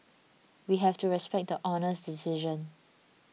we have to respect the Honour's decision